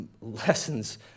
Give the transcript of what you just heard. lessons